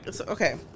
okay